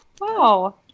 Wow